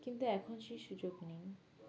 কিন্তু এখন সেই সুযোগ নেই